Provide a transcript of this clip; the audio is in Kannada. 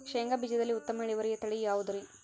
ಶೇಂಗಾ ಬೇಜದಲ್ಲಿ ಉತ್ತಮ ಇಳುವರಿಯ ತಳಿ ಯಾವುದುರಿ?